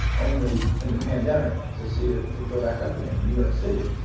only in the pandemic to see it go back up again. new york city,